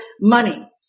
money